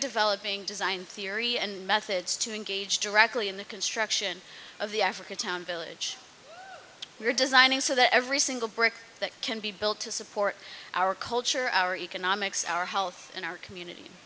developing design theory and methods to engage directly in the construction of the africa town village we're designing so that every single brick that can be built to support our culture our economics our health and our community